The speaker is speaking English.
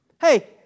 Hey